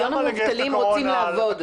מיליון המובטלים רוצים לעבוד,